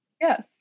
Yes